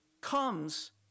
comes